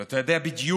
אבל אתה יודע בדיוק